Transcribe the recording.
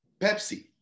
Pepsi